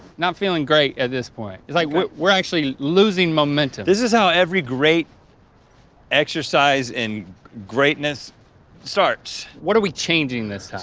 not feeling great at this point. it's like we're actually losing momentum. this is how every great exercise in greatness starts. what are we changing this time?